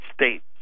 States